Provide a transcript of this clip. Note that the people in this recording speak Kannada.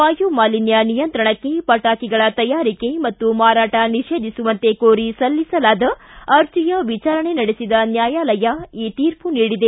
ವಾಯುಮಾಲಿನ್ಯ ನಿಯಂತ್ರಣಕ್ಕೆ ಪಟಾಕಿಗಳ ತಯಾರಿಕೆ ಮತ್ತು ಮಾರಾಟ ನಿಷೇಧಿಸುವಂತೆ ಕೋರಿ ಸಲ್ಲಿಸಲಾದ ಅರ್ಜೆಯ ವಿಚಾರಣೆ ನಡೆಸಿದ ನ್ನಾಯಾಲಯ ಈ ತೀರ್ಪು ನೀಡಿದೆ